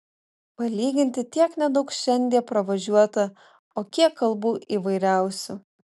palyginti tiek nedaug šiandie pravažiuota o kiek kalbų įvairiausių